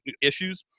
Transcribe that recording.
issues